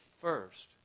first